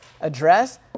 address